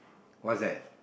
what's that